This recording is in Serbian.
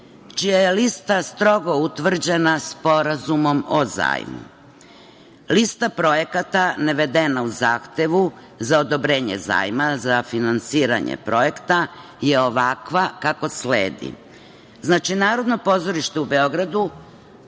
čija je lista strogo utvrđena Sporazumom o zajmu. Lista projekata navedena u zahtevu za odobrenje zajma za finansiranje projekta je ovakva kako sledi: Narodno pozorište u Beogradu